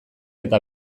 eta